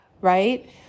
right